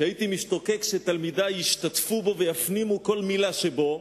שהייתי משתוקק שתלמידי ישתתפו בו ויפנימו כל מלה שבו,